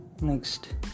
Next